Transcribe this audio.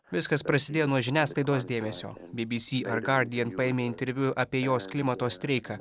viskas prasidėjo nuo žiniasklaidos dėmesio bbc ar gardian paėmė interviu apie jos klimato streiką